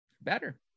better